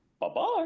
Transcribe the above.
Bye-bye